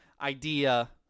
idea